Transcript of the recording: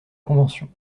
convention